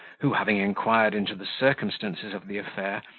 who, having inquired into the circumstances of the affair,